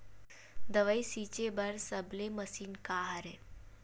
दवाई छिंचे बर सबले मशीन का हरे?